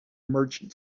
merchant